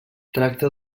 tracta